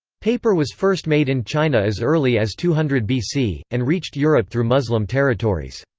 paper was first made in china as early as two hundred bc, and reached europe through muslim territories.